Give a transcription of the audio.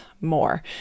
more